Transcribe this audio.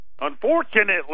Unfortunately